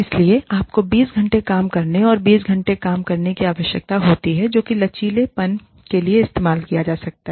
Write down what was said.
इसलिए आपको 20 घंटे काम करने और 20 घंटे काम करने की आवश्यकता होती है जो कि लचीलेपन के लिए इस्तेमाल किया जा सकता है